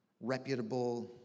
reputable